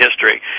history